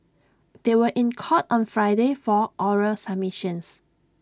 they were in court on Friday for oral submissions